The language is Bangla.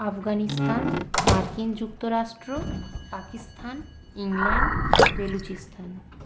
আফগানিস্তান মার্কিন যুক্তরাষ্ট্র পাকিস্তান ইংল্যান্ড বেলুচিস্তান